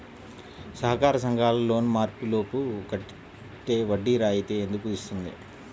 సహకార సంఘాల లోన్ మార్చి లోపు కట్టితే వడ్డీ రాయితీ ఎందుకు ఇస్తుంది?